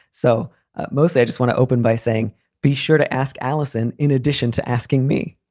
so mostly i just want to open by saying be sure to ask alison in addition to asking me,